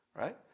Right